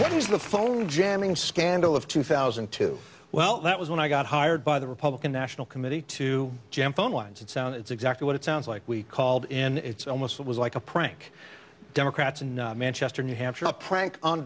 what is the phone jamming scandal of two thousand and two well that was when i got hired by the republican national committee to jam phone lines and sound it's exactly what it sounds like we called in it's almost it was like a prank democrats in manchester new hampshire a prank on